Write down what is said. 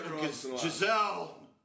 Giselle